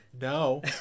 no